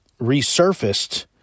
resurfaced